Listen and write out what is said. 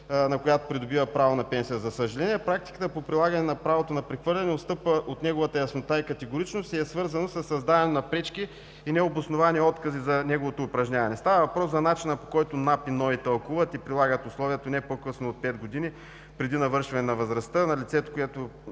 на която придобива правото на пенсия. За съжаление, практиката по прилагане на правото на прехвърляне отстъпва от неговата яснота и категоричност и е свързана със създаване на пречки и необосновани откази за неговото упражняване. Става въпрос за начина, по който НАП и НОИ тълкуват и прилагат условието не по-късно от пет години преди навършване на възрастта, на която лицето